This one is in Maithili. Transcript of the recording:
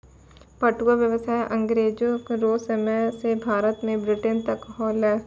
पटुआ व्यसाय अँग्रेजो रो समय से भारत से ब्रिटेन तक होलै